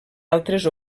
altres